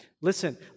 Listen